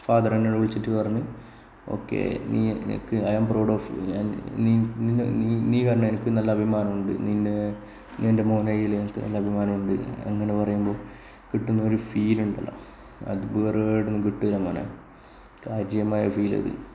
father എന്നോട് വിളിച്ചിട്ട്പറഞ്ഞു okay നീ I am proud of you നിനക്ക് നീ നിന്നെ നീ തന്നെ എനിക്കുള്ള അഭിമാനം ആകുന്നുണ്ട് എൻ്റെ മകനായതില് എനിക്ക് അഭിമാനം ഉണ്ട് അങ്ങനെ പറയുമ്പോൾ കിട്ടുന്നൊരു ഫീല് ഇണ്ട് അത് വേറെ എവിടേയും കിട്ടുകയില്ല മോനെ കാര്യമായ ഫീല്